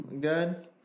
good